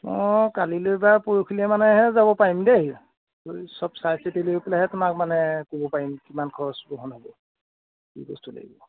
অঁ কালিলৈ বা পৰহিলৈ মানেহে যাব পাৰিম দেই সব চাই চিতি লৈ পেলাইহে তোমাক মানে ক'ব পাৰিম কিমান খৰচ বহন হ'ব ঢেৰ বস্তু লাগিব